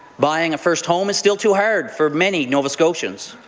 buying a first home is still too hard for many nova scotians.